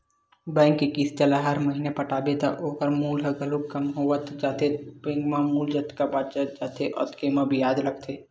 bank के किस्त ल हर महिना पटाबे त ओखर मूल ह घलोक कम होवत जाथे बेंक म मूल जतका बाचत जाथे ओतके म बियाज लगथे